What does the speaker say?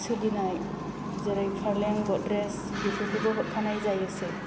सोलिनाय जेरै पालें गद्रेस बेफोरखौबो हरफानाय जायोसै